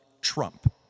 Trump